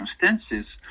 circumstances